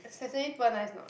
sesame pearl nice or not